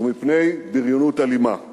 ומפני בריונות אלימה.